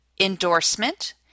endorsement